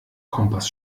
kompass